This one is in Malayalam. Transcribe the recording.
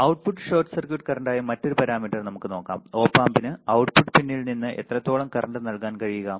Output ഷോർട്ട് സർക്യൂട്ട് കറന്റായ മറ്റൊരു പാരാമീറ്റർ നമുക്ക് നോക്കാം ഒപ് ആമ്പിന് output പിൻയിൽ നിന്ന് എത്രത്തോളം കറന്റ് നൽകാൻ കഴിയുക